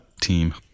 team